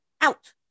out